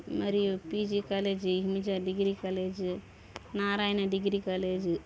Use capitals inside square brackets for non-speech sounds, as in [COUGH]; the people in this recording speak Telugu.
మరియు PG college [UNINTELLIGIBLE] degree college Narayana degree college